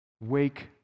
Wake